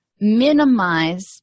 Minimize